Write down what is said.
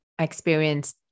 experience